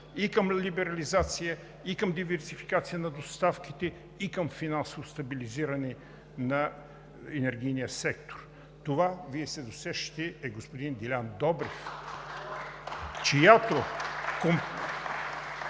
и към либерализация, и към диверсификация на доставките, и към финансово стабилизиране на енергийния сектор. Това, Вие се досещате, е господин Делян Добрев (ръкопляскания